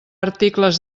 articles